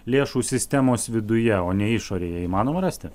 lėšų sistemos viduje o ne išorėje įmanoma rasti